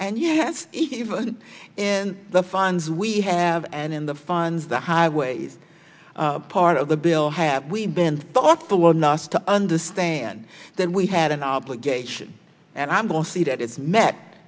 and yes even in the funds we have and in the funds the highways part of the bill have we been thoughtful enough to understand that we had an obligation and i'm going to see that it's met